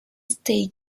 stade